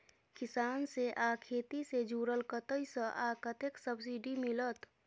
किसान से आ खेती से जुरल कतय से आ कतेक सबसिडी मिलत?